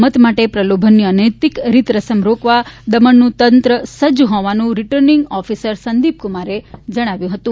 મત માટે પ્રલોભનની અનૈતિક રીતરસમ રોકવા દમણનું તંત્ર સજ્જ હોવાનું રીટર્નિંગ ઓફિસર સંદિપ્કમારે જણાવ્યું હતું